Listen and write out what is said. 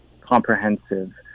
comprehensive